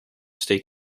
steek